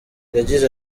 yagize